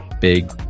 big